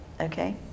okay